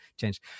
change